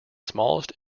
smallest